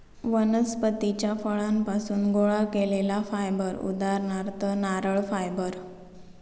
वनस्पतीच्या फळांपासुन गोळा केलेला फायबर उदाहरणार्थ नारळ फायबर